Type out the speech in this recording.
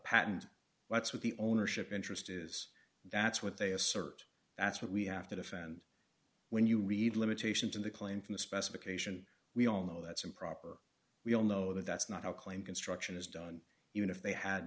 patent that's what the ownership interest is that's what they assert that's what we have to defend when you read limitations in the claim from the specification we all know that's improper we all know that that's not a claim construction is done even if they had